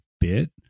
bit